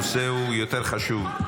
הנושא הוא יותר חשוב.